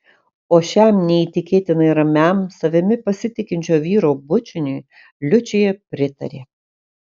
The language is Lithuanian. o šiam neįtikėtinai ramiam savimi pasitikinčio vyro bučiniui liučija pritarė